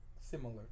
similar